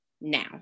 now